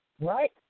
Right